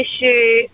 issue